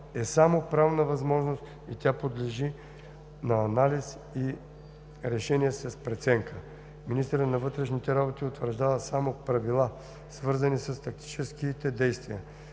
е само правна възможност и тя подлежи на анализ и решение с преценка. Министърът на вътрешните работи утвърждава само правила, свързани с тактическите действия.